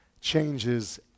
changes